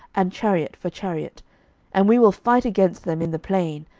and chariot for chariot and we will fight against them in the plain,